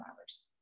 hours